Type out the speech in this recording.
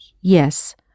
Yes